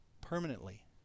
permanently